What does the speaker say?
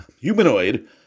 Humanoid